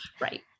right